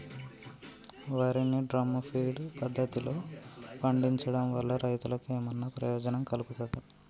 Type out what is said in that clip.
వరి ని drum feed పద్ధతిలో పండించడం వల్ల రైతులకు ఏమన్నా ప్రయోజనం కలుగుతదా?